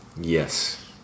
Yes